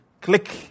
Click